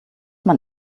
man